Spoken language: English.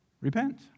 Repent